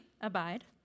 abide